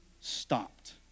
stopped